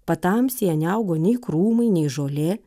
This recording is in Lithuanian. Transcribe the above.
patamsyje neaugo nei krūmai nei žolė